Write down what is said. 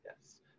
Yes